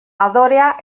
adorea